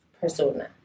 persona